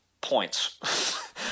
points